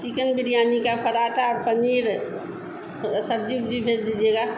chicken biryani का पराठा और पनीर थोड़ी सब्ज़ी उब्जी भेज दिजिएगा